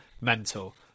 mental